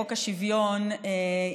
חוק השוויון,